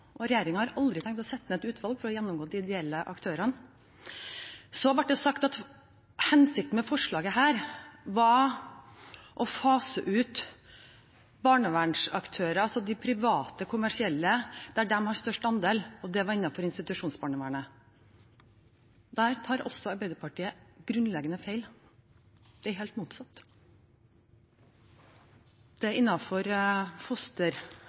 og regjeringen har aldri tenkt å sette ned et utvalg for å gjennomgå de ideelle aktørene. Det ble også sagt at hensikten med dette forslaget var å fase ut de private kommersielle barnevernsaktørene der de har størst andel, og at det var innenfor institusjonsbarnevernet. Der tar også Arbeiderpartiet grunnleggende feil. Det er helt motsatt. Det